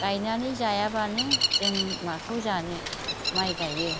गायनानै जायाबानो जों माखौ जानो माइ गायो